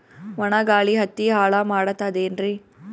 ಒಣಾ ಗಾಳಿ ಹತ್ತಿ ಹಾಳ ಮಾಡತದೇನ್ರಿ?